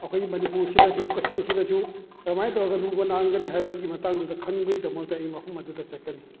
ꯑꯩꯈꯣꯏꯒꯤ ꯃꯅꯤꯄꯨꯔ ꯁꯤꯗꯁꯨ ꯀꯛꯆꯤꯡꯁꯤꯗꯁꯨ ꯀꯔꯃꯥꯏꯅ ꯇꯧꯔꯒ ꯂꯨꯕ ꯅꯥꯟꯒꯅꯤ ꯍꯥꯏꯕꯒꯤ ꯃꯇꯥꯡꯗꯨꯗ ꯈꯪꯅꯤꯡꯕꯩꯗꯃꯛꯇ ꯑꯩ ꯃꯐꯝ ꯑꯗꯨꯗ ꯆꯠꯀꯅꯤ